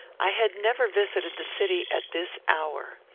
i had never visited the city at this hour.